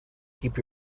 keep